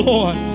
Lord